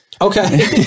Okay